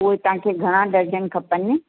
उहे तव्हांखे घणा डजन खपेनि